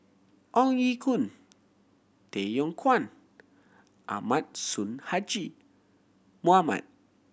Ong Ye Kung Tay Yong Kwang Ahmad Sonhadji Mohamad